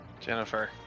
Jennifer